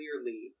clearly